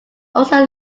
also